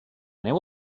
neu